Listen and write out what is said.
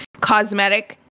cosmetic